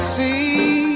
see